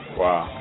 wow